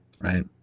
right